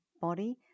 body